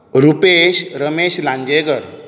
Rupesh Ramesh Lanjekar